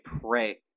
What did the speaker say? pray